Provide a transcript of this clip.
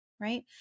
right